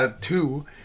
two